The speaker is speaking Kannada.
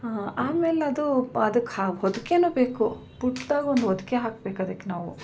ಆಮೇಲೆ ಅದು ಪ ಅದಕ್ಕೆ ಹಾ ಹೊದ್ಕೆನೂ ಬೇಕು ಪುಟ್ದಾಗಿ ಒಂದು ಹೊದಿಕೆ ಹಾಕ್ಬೇಕದಕ್ಕೆ ನಾವು